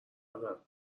دارم